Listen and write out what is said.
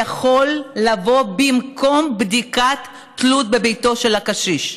זה יכול לבוא במקום בדיקת תלות בביתו של הקשיש.